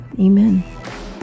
Amen